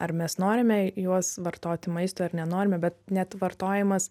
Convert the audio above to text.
ar mes norime juos vartoti maistui ar nenorime bet net vartojimas